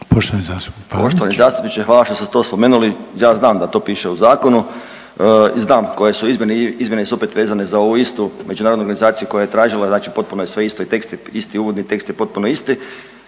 Poštovani zastupniče hvala što ste to spomenuli. Ja znam da to piše u zakonu i znam koje su izmjene, izmjene su opet vezane za ovu istu međunarodnu organizaciju koja je tražila. Znači potpuno je sve isto i tekst je isti, uvodni tekst je potpuno isti.